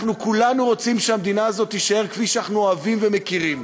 אנחנו כולנו רוצים שהמדינה הזאת תישאר כפי שאנחנו אוהבים ומכירים,